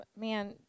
Man